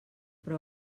però